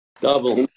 Double